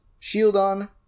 Shieldon